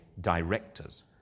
directors